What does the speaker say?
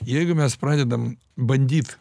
jeigu mes pradedam bandyt